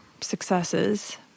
successes